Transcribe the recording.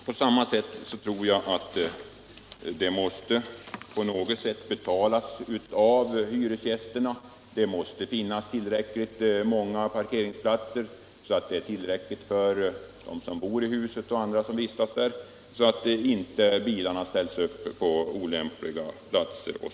På samma sätt tror jag att parkeringsplatserna på något sätt måste betalas av hy resgästerna. Det måste finnas så många parkeringsplatser att de räcker Nr 84 åt dem som bor i huset och andra som vistas där och så att bilarna inte ställs upp på olämpliga platser.